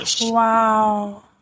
wow